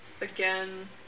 again